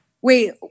wait